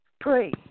Pray